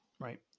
Right